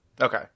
Okay